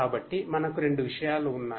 కాబట్టి మనకు 2 విషయాలు ఉన్నాయి